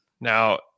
now